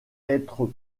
être